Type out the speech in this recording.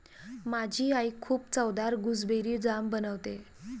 माझी आई खूप चवदार गुसबेरी जाम बनवते